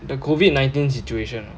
the COVID nineteen situation